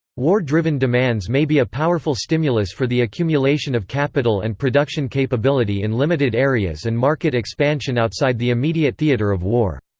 war driven demands may be a powerful stimulus for the accumulation of capital and production capability in limited areas and market expansion outside the immediate theatre of war.